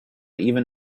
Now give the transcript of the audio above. even